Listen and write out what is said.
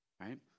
right